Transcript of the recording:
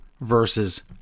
versus